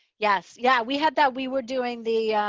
yes. yeah, we had that. we were doing the.